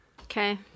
Okay